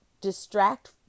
distract